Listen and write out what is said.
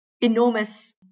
enormous